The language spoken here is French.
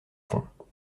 fonds